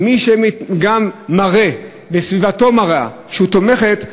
ומי שגם מראה וסביבתו מראה שהם תומכים,